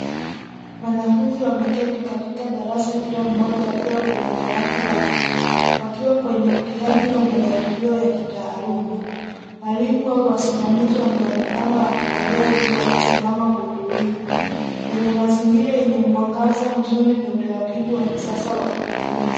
Wanafunzi wameketi katika darasa kila mmoja akiwa kwenye dawati lake wakiwa kwenye mtihani au majaribio ya kitaaluma. Walimu au wasimamizi wanaonekana wakitembea huku wakisimama kwa utulivu kwenye mazingira yenye mwangaza mzuri na utaratibu wa kisasa wa kujifunza.